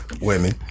women